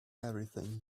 everything